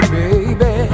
baby